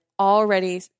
already